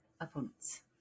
opponents